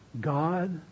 God